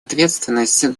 ответственность